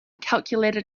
calculator